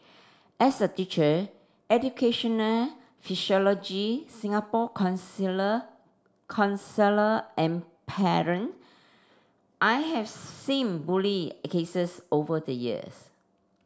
as a teacher educational Singapore counsellor and parent I have seen bully cases over the years